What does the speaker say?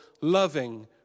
loving